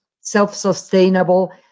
self-sustainable